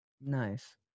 Nice